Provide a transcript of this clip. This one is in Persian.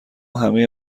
همه